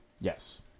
Yes